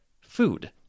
food